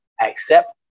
accept